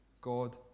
God